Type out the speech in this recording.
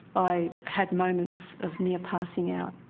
i had moments of near passing out.